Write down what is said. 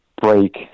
break